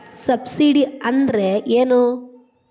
Subsidy ಅಂದ್ರೆ ಏನು?